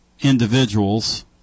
individuals